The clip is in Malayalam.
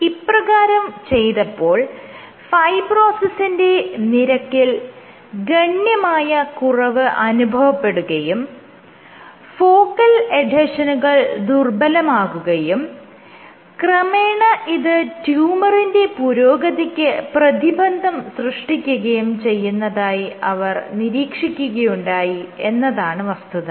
ഇപ്രകാരം ചെയ്തപ്പോൾ ഫൈബ്രോസിസിന്റെ നിരക്കിൽ ഗണ്യമായ കുറവ് അനുഭവപ്പെടുകയും ഫോക്കൽ എഡ്ഹെഷനുകൾ ദുർബ്ബലമാകുകയും ക്രമേണ ഇത് ട്യൂമറിന്റെ പുരോഗതിക്ക് പ്രതിബന്ധം സൃഷ്ടിക്കുകയും ചെയ്യുന്നതായി അവർ നിരീക്ഷിക്കുകയുണ്ടായി എന്നതാണ് വസ്തുത